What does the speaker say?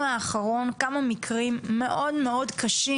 האחרון על כמה מקרי אלימות מאוד מאוד קשים.